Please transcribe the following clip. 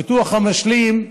הביטוח המשלים,